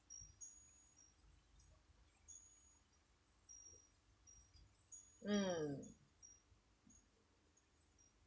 mm